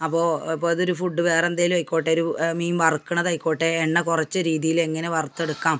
അപ്പോൾ അപ്പോൾ അതൊരു ഫുഡ് വേറെന്തെങ്കിലും ആയിക്കോട്ടെ ഒരു മീൻ വറുക്കണതായിക്കോട്ടെ എണ്ണ കുറച്ച് രീതിയിൽ എങ്ങനെ വറുത്തെടുക്കാം